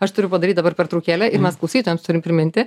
aš turiu padaryt dabar pertraukėlę ir mes klausytojams turim priminti